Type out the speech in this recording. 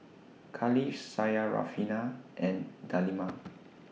Khalish Syarafina and Delima